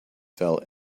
fell